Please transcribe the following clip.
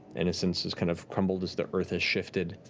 and since has kind of crumbled as the earth has shifted.